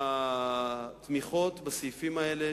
הורה שהתמיכות בסעיפים האלה,